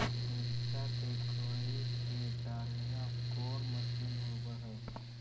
मिरचा के कोड़ई के डालीय कोन मशीन होबहय?